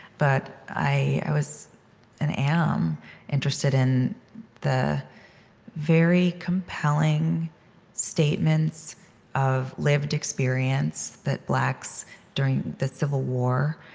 but i i was and am interested in the very compelling statements of lived experience that blacks during the civil war